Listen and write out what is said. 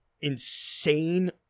insane